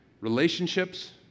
relationships